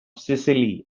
sicily